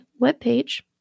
webpage